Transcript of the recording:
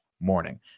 morning